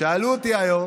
שאלו אותי היום